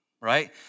right